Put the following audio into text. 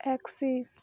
axis